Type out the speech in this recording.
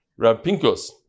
Rapinkos